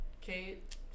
Kate